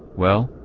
well,